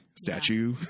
statue